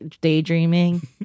daydreaming